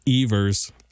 Evers